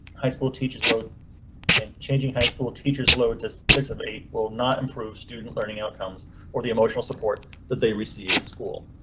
high school teachers load and changing high school teachers lowered to sixty eight will not improve student learning outcomes or the emotional support that they receive in school.